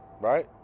Right